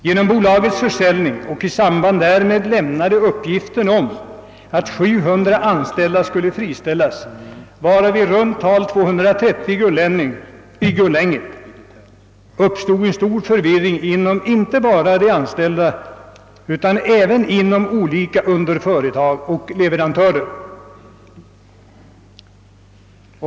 Genom bolagets försäljning och den i samband därmed lämnade uppgiften om att 700 anställda skulle friställas, varav i runt tal 230 i Gullänget, uppstod stor förvirring inte bara bland de anställda utan även hos olika underföretag och leverantörer.